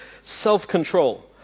self-control